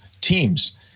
teams